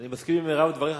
אני מסכים עם מירב הדברים,